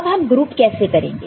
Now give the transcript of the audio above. अब हम ग्रुप कैसे करेंगे